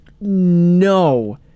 no